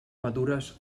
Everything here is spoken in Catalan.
madures